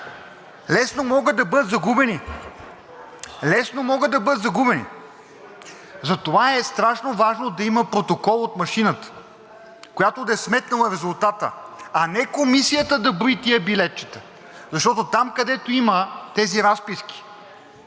колкото две билетчета, окей. Лесно могат да бъдат загубени, затова е страшно важно да има протокол от машината, която да е сметнала резултата. А не комисията да брои тези билетчета, защото там, където има тези разписки,